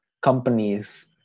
companies